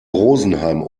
rosenheim